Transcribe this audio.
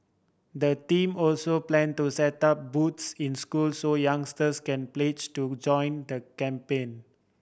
the team also plan to set up booths in schools so youngsters can pledge to join the campaign